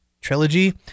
trilogy